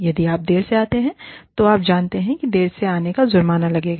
यदि आप देर से आते हैं तो आप जानते हैं कि देर से आने पर जुर्माना लगेगा